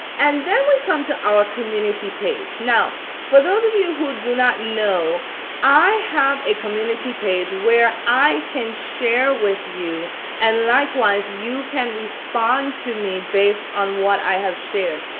and then we come to our community page. now for those of you who do not know i have a community page where i can share with you and likewise you can respond to me based on what i have shared.